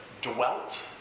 dwelt